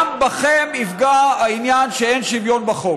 גם בכם יפגע העניין שאין שוויון בחוק.